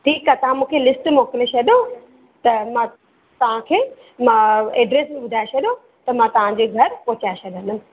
ठीक आ तां मुखे लिस्ट मोकले छॾयो त मां तांखे मां एड्रैस बि ॿुधाए छॾयो त मां तांजे घर पोहचाए शॾंदमि